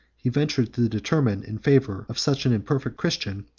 he ventured to determine in favor of such an imperfect christian,